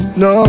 no